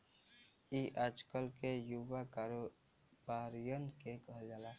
ई आजकल के युवा कारोबारिअन के कहल जाला